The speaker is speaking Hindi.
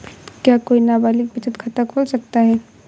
क्या कोई नाबालिग बचत खाता खोल सकता है?